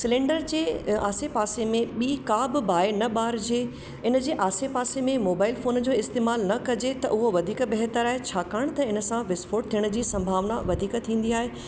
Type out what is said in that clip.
cylinder जे आसे पासे में ॿी का बि बाहि न ॿारिजे इनजे आसे पासे में मोबाइल फोन जो इस्तेमाल न कजे त उहो वधीक बहितर आहे छाकाणि त इनसां विस्फोट थियण जी संभावना वधीक थींदी आहे